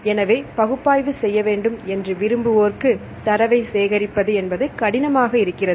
எனவே பகுப்பாய்வு செய்ய வேண்டும் என்று விரும்புவோர்க்கு தரவை சேகரிப்பது என்பது கடினமாக இருக்கிறது